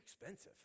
expensive